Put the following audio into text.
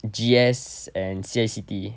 G_S and C_A_C_T